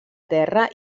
terra